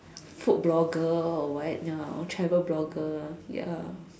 food blogger or what ya or travel blogger ya